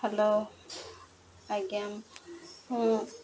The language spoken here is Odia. ହେଲୋ ଆଜ୍ଞା ହୁଁ